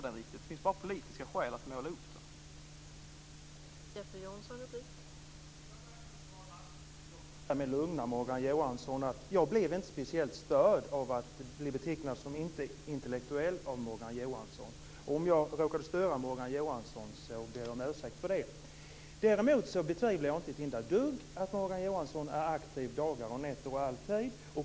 Det finns bara politiska skäl att måla upp den konflikten.